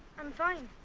i'm fine.